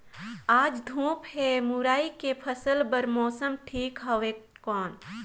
आज धूप हे मुरई के फसल बार मौसम ठीक हवय कौन?